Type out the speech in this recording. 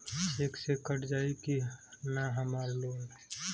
Check से cut जाई की ना हमार लोन?